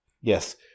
Yes